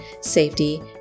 safety